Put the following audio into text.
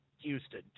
Houston